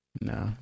No